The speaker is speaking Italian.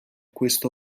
questo